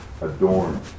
Adorn